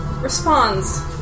responds